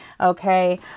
Okay